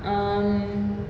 um